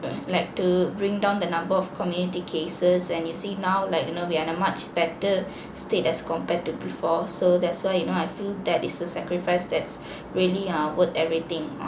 like to bring down the number of community cases and you see now like you know we are in a much better state as compared to before so that's why you know I feel that is a sacrifice that's really ah worth everything